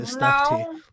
no